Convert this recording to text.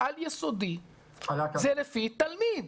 בעל יסודי זה לפי תלמיד.